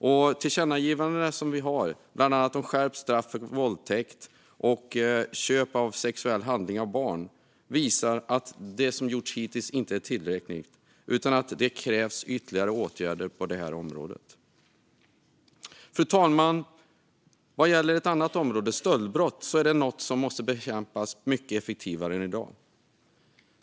De tillkännagivanden vi har om bland annat skärpt straff för våldtäkt och för köp av sexuell handling av barn visar att det som gjorts hittills inte är tillräckligt utan att ytterligare åtgärder krävs på detta område. Fru talman! När det gäller ett annat område, stöldbrott, är detta något som måste bekämpas mycket effektivare än i dag.